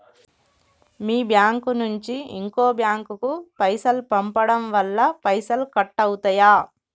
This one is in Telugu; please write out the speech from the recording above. మీ బ్యాంకు నుంచి ఇంకో బ్యాంకు కు పైసలు పంపడం వల్ల పైసలు కట్ అవుతయా?